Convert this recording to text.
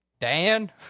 Dan